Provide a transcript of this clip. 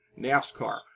NASCAR